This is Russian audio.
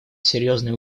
серьезные